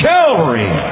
Calvary